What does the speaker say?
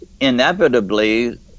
inevitably